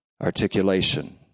articulation